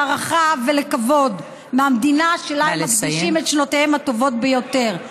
להערכה ולכבוד מהמדינה שלה הם מקדישים את שנותיהם הטובות ביותר.